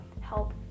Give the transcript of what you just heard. help